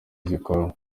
gikorwa